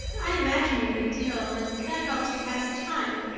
i imagine a good deal, and that helps to pass the time.